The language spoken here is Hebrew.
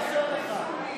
מנסור יאשר לך.